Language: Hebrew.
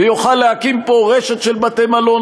ויוכל להקים פה רשת של בתי-מלון,